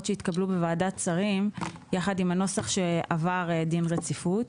שהתקבלו בוועדת שרים יחד עם הנוסח שעבר דין רציפות.